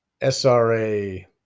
SRA